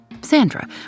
Sandra